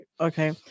okay